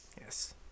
Yes